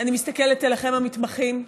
אני מסתכלת אליכם, המתמחים.